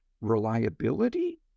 reliability